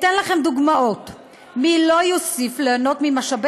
אתן לכם דוגמאות מי לא יוסיף ליהנות ממשאבי